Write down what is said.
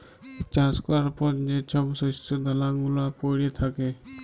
চাষ ক্যরার পর যে ছব শস্য দালা গুলা প্যইড়ে থ্যাকে